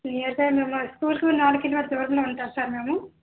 ఏదైనా మా స్కూలు కు నాలుగు కిలోమీటర్లు దూరంలో ఉంటాం సార్ మేము